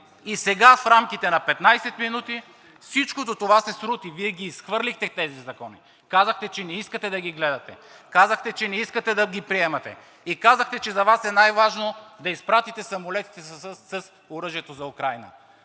и сега в рамките на 15 минути всичкото това се срути. Вие ги изхвърлихте тези закони! Казахте, че не искате да ги гледате, казахте, че не искате да ги приемате и казахте, че за Вас е най-важно да изпратите самолетите с оръжието за Украйна.